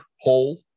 hole